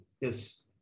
yes